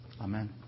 Amen